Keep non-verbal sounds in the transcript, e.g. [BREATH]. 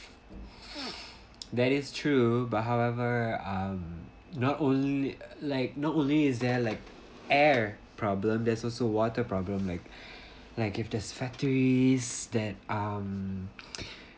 [BREATH] that is true but however are not only like not only is there like air problem there's also water problem like like if there's factories that um [BREATH]